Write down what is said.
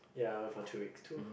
ya for two weeks two